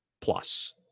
plus